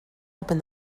open